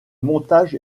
montage